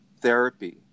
therapy